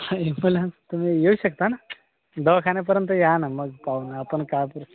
ambulance तुम्ही येऊ शकता ना दवाखान्यापर्यंत या ना मग पाहू ना आपण का